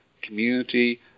community